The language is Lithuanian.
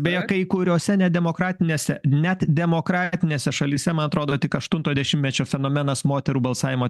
beje kai kuriose nedemokratinėse net demokratinėse šalyse man atrodo tik aštunto dešimtmečio fenomenas moterų balsavimo